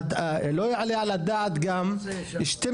אתמול היו 12 ניידות